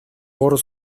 por